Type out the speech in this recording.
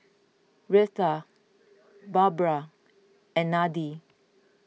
Reatha Barbra and Nadie